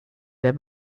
der